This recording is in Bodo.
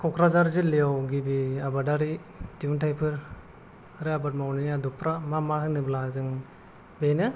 क'क्राझार जिल्लायाव गिबि आबादारि दिहुनथायफोर आरो आबाद मावनायनि आदबफ्रा मा मा होनोब्ला जों बेनो